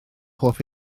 hoff